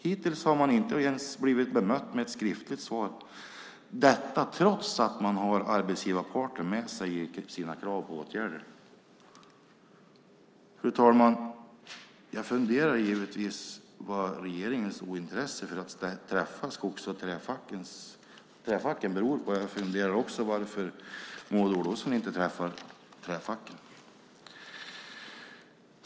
Hittills har man inte ens blivit bemött med ett skriftligt svar - detta trots att man har arbetsgivarparten med sig i sina krav på åtgärder. Fru talman! Jag funderar givetvis på vad regeringens ointresse för att träffa Skogs och Träfacket beror på. Jag funderar också på varför Maud Olofsson inte träffar Träfacket.